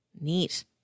neat